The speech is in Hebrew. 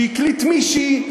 שהקליט מישהי,